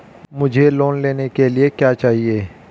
मुझे लोन लेने के लिए क्या चाहिए?